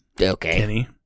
Okay